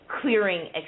clearing